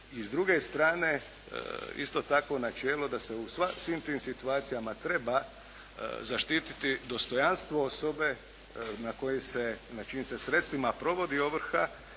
i s druge strane isto tako načelo da se u svim tim situacijama treba zaštititi dostojanstvo osobe na čijim se sredstvima provodi ovrha